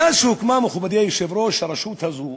מאז הוקמה, מכובדי היושב-ראש, הרשות או